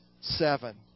seven